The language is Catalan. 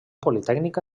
politècnica